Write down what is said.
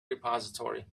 repository